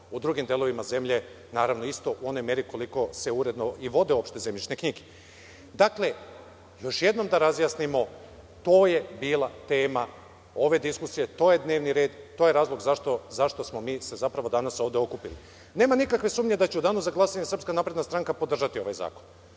u drugim delovima zemlje naravno isto u onoj meri koliko se uredno i vode uopšte zemljišne knjige. Dakle, još jednom da razjasnimo, to je bila tema ove diskusije, to je dnevni red, to je razlog zašto smo se mi zapravo danas ovde okupili. Nema nikakve sumnje da će u danu za glasanje SNS podržati ovaj zakon.